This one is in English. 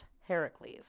Heracles